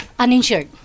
Uninsured